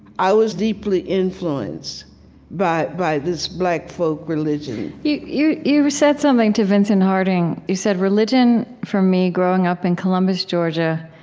i was deeply influenced but by this black folk religion you you said something to vincent harding you said, religion, for me, growing up in columbus, georgia,